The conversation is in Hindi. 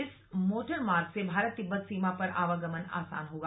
इस मोटरमार्ग से भारत तिब्बत सीमा पर आवागमन आसान होगा